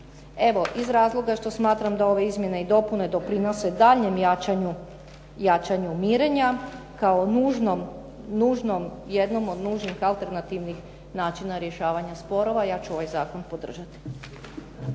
Evo, iz razloga što smatram da ove izmjene i dopune doprinose daljnjem jačanju mirenja kao nužnom, jednom od nužnih alternativnih načina rješavanja sporova, ja ću ovaj zakon podržati.